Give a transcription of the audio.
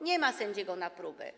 Nie ma sędziego na próbę.